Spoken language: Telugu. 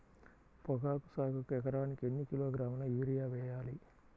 పొగాకు సాగుకు ఎకరానికి ఎన్ని కిలోగ్రాముల యూరియా వేయాలి?